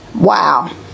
Wow